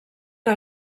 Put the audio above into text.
que